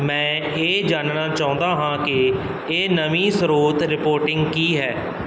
ਮੈਂ ਇਹ ਜਾਣਨਾ ਚਾਹੁੰਦਾ ਹਾਂ ਕਿ ਇਹ ਨਵੀਂ ਸਰੋਤ ਰਿਪੋਰਟਿੰਗ ਕੀ ਹੈ